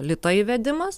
lito įvedimas